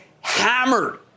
hammered